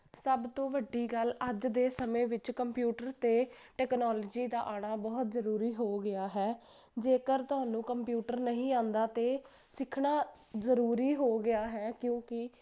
ਸਭ ਤੋਂ ਵੱਡੀ ਗੱਲ ਅੱਜ ਦੇ ਸਮੇਂ ਵਿੱਚ ਕੰਪਿਊਟਰ ਤੇ ਟੈਕਨੋਲੋਜੀ ਦਾ ਆਣਾ ਬਹੁਤ ਜਰੂਰੀ ਹੋ ਗਿਆ ਹੈ ਜੇਕਰ ਤੁਹਾਨੂੰ ਕੰਪਿਊਟਰ ਨਹੀਂ ਆਉਂਦਾ ਤੇ ਸਿੱਖਣਾ ਜਰੂਰੀ ਹੋ ਗਿਆ ਹੈ ਕਿਉਂਕਿ